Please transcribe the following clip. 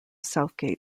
southgate